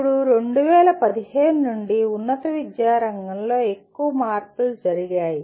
ఇప్పుడు 2015 నుండి ఉన్నత విద్యారంగంలో ఎక్కువ మార్పులు జరిగాయి